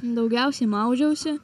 daugiausiai maudžiausi